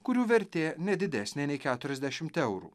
kurių vertė ne didesnė nei keturiasdešimt eurų